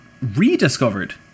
rediscovered